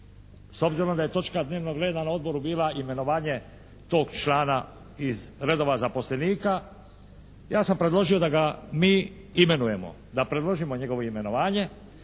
s obzirom da je točka dnevnog reda na Odboru bila imenovanje tog člana iz redova zaposlenika ja sam predložio da ga mi imenujemo. Da predložimo njegovo imenovanje,